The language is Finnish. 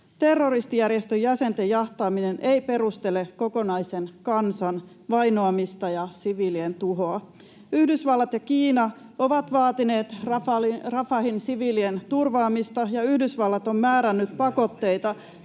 Terroristijärjestön jäsenten jahtaaminen ei perustele kokonaisen kansan vainoamista ja siviilien tuhoa. Yhdysvallat ja Kiina ovat vaatineet Rafahin siviilien turvaamista, ja Yhdysvallat on määrännyt pakotteita